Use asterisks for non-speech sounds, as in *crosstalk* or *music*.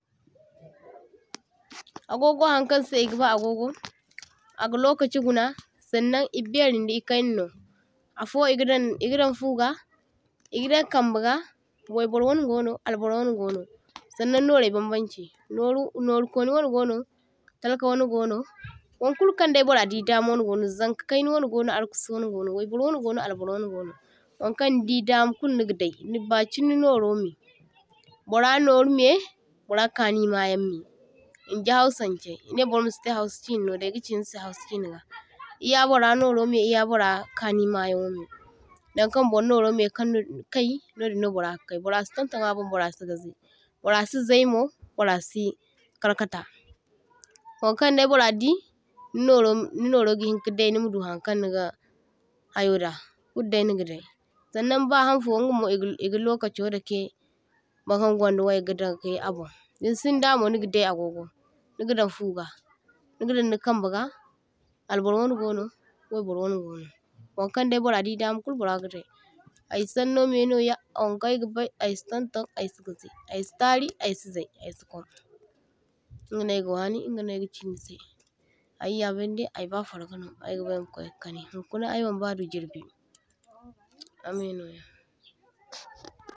*noise* toh – toh Agogo hankansai e’gaba agogo aga lokachi guna sannaŋ e bairin da e kaynano, affo e’gadan e’gadaŋ fuga e’gadaŋ kambaga, waibur wana gono albur wana gono, sannaŋ norai baŋ banchi noru norikona wana gono talka wana gono, waŋkulu kaŋdai burra didama wana gona, zaŋka kaina wana gono arwasu wana gono, waibur wana gono arwasu wana gono. Wankaŋ nidi dama kulu nigadai, niba kachi ni noro mai, burra noru mai burra kani mayaŋ mai inji hausanchay e’nai bur masitai hausa chinano daŋ ayga chinisai hausa china ga, e’ya burra noro mai e’ya burra kani mayaŋ mai naŋkaŋ bur noro kaŋ kai nodinno burra gakai burra sitonton abon burra si gazi burra si zaymo burra si karkata wankaŋ dai burra di ni noro ni noro gahinka dai nimadu hankaŋ niga hayoda kuldai nigadai. Annaŋ bahanfo ingamo i’ga i’ga lokacho dakai burkaŋ gaŋda waya ga dakai abon, dinsinda mo niga dai agogo niga daŋ fuga nigadaŋ ni kambaga, albur wana gono waibur wana gono, waŋkaŋ dai burra di dama kulu burra ga dai, ay saŋno mainoya waŋkaŋ aygabai asitonton aysi gazi aysi tari aysi zai aysi kwam, ingano ayga wani ingano ayga chinisai, ayya bindai ayba fargano ayga ba kakwaika kani hunkuna aymaŋba du jirbi amai noya.